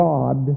God